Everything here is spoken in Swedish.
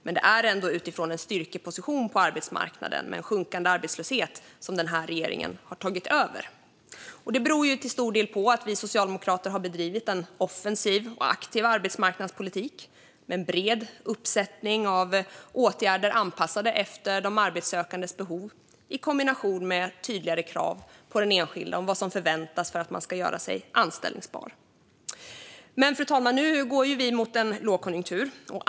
Men det är ändå utifrån en styrkeposition på arbetsmarknaden, med sjunkande arbetslöshet, som den här regeringen har tagit över. Det beror till stor del på att vi socialdemokrater har bedrivit en offensiv och aktiv arbetsmarknadspolitik med en bred uppsättning åtgärder anpassade efter de arbetssökandes behov i kombination med tydligare krav på den enskilda om vad som förväntas för att göra sig anställbar. Fru talman! Nu går vi dock mot en lågkonjunktur.